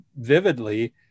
vividly